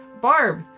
Barb